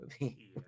movie